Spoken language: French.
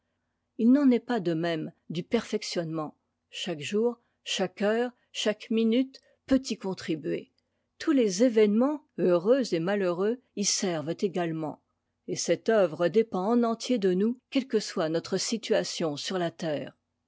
il n'en est pas de même du perfectionnement chaque jour chaque heure chaque minute peut y contribuer tous les événements heureux et malheureux y servent également et cette œuvre dépend en entier de nous quelle que soit notre situation sur la terre